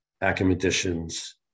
academicians